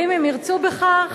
ואם הם ירצו בכך,